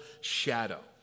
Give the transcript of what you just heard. shadow